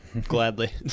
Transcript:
Gladly